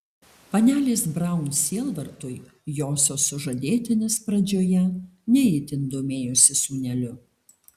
panelės braun sielvartui josios sužadėtinis pradžioje ne itin domėjosi sūneliu